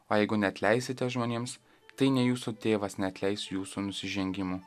o jeigu neatleisite žmonėms tai ne jūsų tėvas neatleis jūsų nusižengimų